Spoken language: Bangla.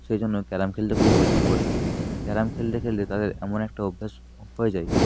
সেজন্য ক্যারাম খেলতে খুবই পছন্দ করে থাকে ক্যারাম খেলতে খেলতে তাদের এমন একটা অভ্যেস হয়ে যায়